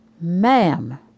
Ma'am